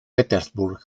petersburg